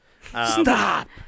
Stop